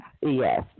Yes